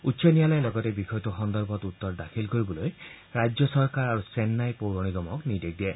উচ্চ ন্যায়ালয়ে লগতে বিষয়টোৰ সন্দৰ্ভত উত্তৰ দাখিল কৰিবলৈ ৰাজ্য চৰকাৰ আৰু চেন্নাই পৌৰ নিগমক নিৰ্দেশ দিয়ে